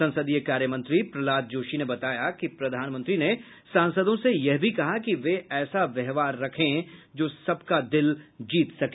संसदीय कार्यमंत्री प्रहलाद जोशी ने बताया कि प्रधानमंत्री ने सांसदों से यह भी कहा कि वे ऐसा व्यवहार रखें जो सबका दिल जीत सके